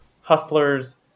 hustlers